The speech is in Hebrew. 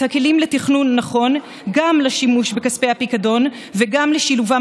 את הכלים לתכנון נכון גם לשימוש בכספי הפיקדון וגם לשילובם